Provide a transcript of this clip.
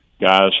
guys